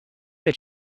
that